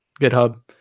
GitHub